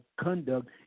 conduct